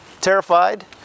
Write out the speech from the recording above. terrified